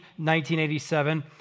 1987